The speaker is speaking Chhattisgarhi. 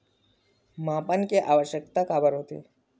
मापन के आवश्कता काबर होथे?